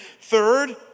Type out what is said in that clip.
Third